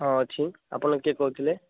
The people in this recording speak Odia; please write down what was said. ହଁ ଅଛି ଆପଣ କିଏ କହୁଥିଲେ